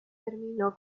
terminó